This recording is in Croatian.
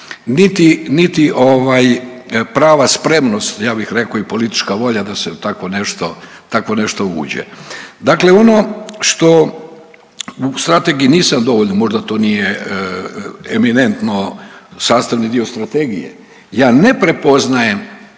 ovaj prava spremnost, ja bih rekao i politička volja da se u tako nešto uđe. Dakle ono što u Strategiji nisam dovoljno, možda to nije eminentno sastavni dio Strategije, ja ne prepoznajem